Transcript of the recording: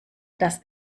dass